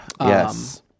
Yes